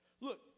Look